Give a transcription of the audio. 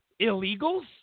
illegals